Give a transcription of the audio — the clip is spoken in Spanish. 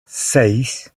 seis